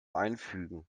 einfügen